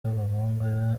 b’abahungu